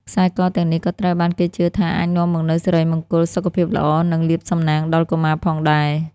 ខ្សែកទាំងនេះក៏ត្រូវបានគេជឿថាអាចនាំមកនូវសិរីមង្គល សុខភាពល្អ និងលាភសំណាងដល់កុមារផងដែរ។